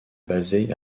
basée